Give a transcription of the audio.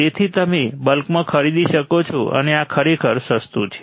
તેથી તમે બલ્કમાં ખરીદી શકો છો અને આ ખરેખર સસ્તું છે